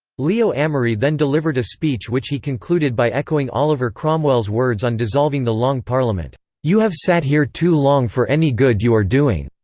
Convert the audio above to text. leo amery then delivered a speech which he concluded by echoing oliver cromwell's words on dissolving the long parliament you have sat here too long for any good you are doing.